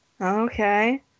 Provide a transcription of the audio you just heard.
Okay